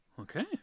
Okay